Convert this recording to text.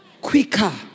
quicker